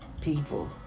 people